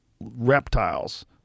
reptiles